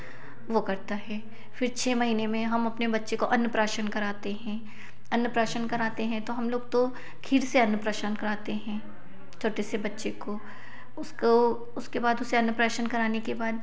वह करता है फिर छः महीने में हम अपने बच्चे को अन्न प्राशन कराते हैं अन्न प्राशन कराते हैं तो हम लोग तो खीर से अन्न प्राशन कराते हैं छोटे से बच्चे को उसको उसके बाद उसे अन्न प्राशन कराने के बाद